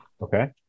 Okay